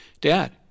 Dad